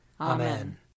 Amen